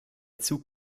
zug